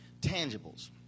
tangibles